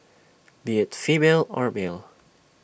be IT female or male